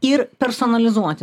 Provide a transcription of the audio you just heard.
ir personalizuoti